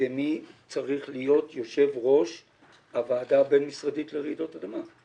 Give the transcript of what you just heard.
ומי צריך להיות יושב ראש הוועדה הבין-משרדית לרעידות אדמה.